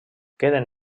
queden